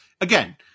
again